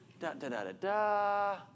da-da-da-da-da